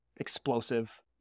explosive